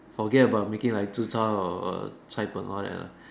forget about making like Zi Char or Cai-Png all that lah